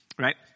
Right